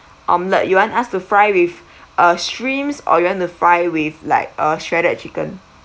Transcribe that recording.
omelet you want us to fry with uh shrimps or you want to fry with like uh shredded chicken